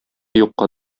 юкка